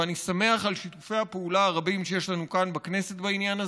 ואני שמח על שיתופי הפעולה הרבים שיש לנו כאן בכנסת בעניין הזה.